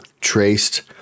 traced